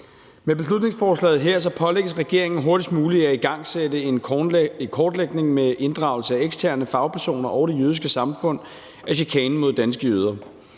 Med beslutningsforslaget her pålægges regeringen hurtigst muligt at igangsætte en kortlægning med inddragelse af eksterne fagpersoner og det jødiske samfund af chikanen mod danske jøder.